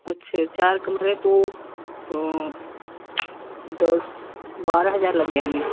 अच्छा चार कमरे तो दस बारह हज़ार लग जाएँगे